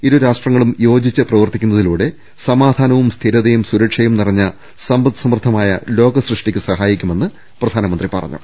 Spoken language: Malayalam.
ഇരു രാഷ്ട്രങ്ങളും യോജിച്ച് പ്രവർത്തിക്കുന്നതിലൂടെ സമാധാനവും സ്ഥിരതയും സുരക്ഷയും നിറഞ്ഞ സമ്പദ്സമൃദ്ധമായ ലോകസൃഷ്ടിക്ക് സഹായിക്കു മെന്ന് പ്രധാനമന്ത്രി പറഞ്ഞു